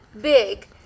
big